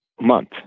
month